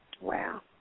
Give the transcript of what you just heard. Wow